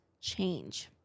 change